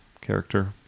character